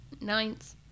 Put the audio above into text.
ninth